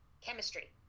chemistry